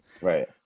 Right